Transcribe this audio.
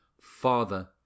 Father